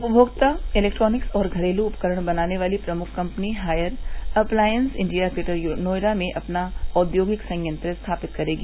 उपमोक्ता इलेक्ट्रानिक्स और घरेलू उपकरण बनाने वाली प्रमुख company Haier appliances India Greater Noida में अपना औद्योगिक संयंत्र स्थापित करेगी